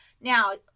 Now